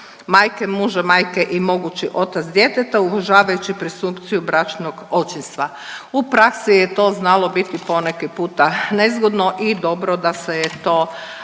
majke muža, majke i mogući otac djeteta uvažavajući presumpciju bračnog očinstva. U praksi je to znalo biti poneki puta nezgodno i dobro da se je to